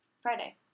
Friday